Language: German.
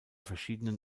verschiedenen